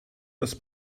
das